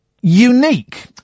unique